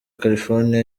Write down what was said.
california